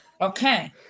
Okay